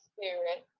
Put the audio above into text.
Spirit